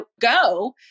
go